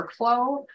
workflow